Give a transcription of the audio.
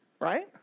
right